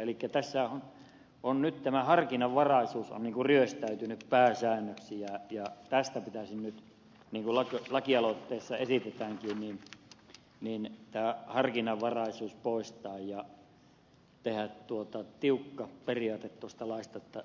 elikkä tässä on nyt tämä harkinnanvaraisuus ryöstäytynyt pääsäännöksi ja tästä pitäisi nyt niin kuin lakialoitteessa esitetäänkin tämä harkinnanvaraisuus poistaa ja tehdä tiukka periaate tuosta laista että